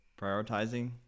prioritizing